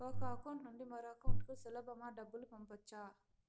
ఒక అకౌంట్ నుండి మరొక అకౌంట్ కు సులభమా డబ్బులు పంపొచ్చా